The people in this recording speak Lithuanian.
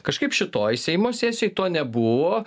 kažkaip šitoj seimo sesijoj to nebuvo